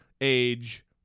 age